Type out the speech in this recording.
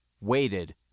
waited